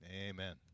Amen